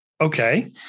Okay